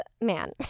man